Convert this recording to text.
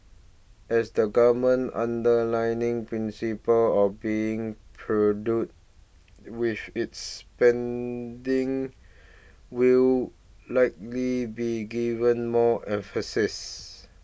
as the Government's underlying principle of being prudent with its spending will likely be given more emphasis